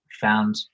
found